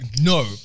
no